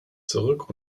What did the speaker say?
zurück